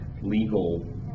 legal